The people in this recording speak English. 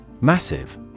Massive